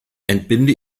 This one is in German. entbinde